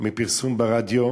מפרסום ברדיו,